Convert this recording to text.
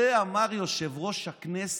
את זה אמר יושב-ראש הכנסת.